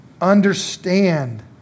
understand